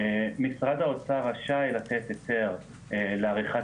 משרד האוצר רשאי לתת היתר לעריכת